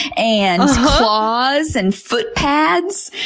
and claws, and foot pads.